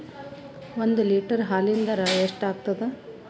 ಒಂದ್ ಲೀಟರ್ ಹಾಲಿನ ದರ ಎಷ್ಟ್ ಆಗತದ?